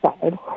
side